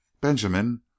Benjamin